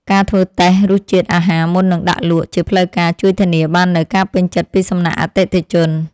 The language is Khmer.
ការធ្វើតេស្តរសជាតិអាហារមុននឹងដាក់លក់ជាផ្លូវការជួយធានាបាននូវការពេញចិត្តពីសំណាក់អតិថិជន។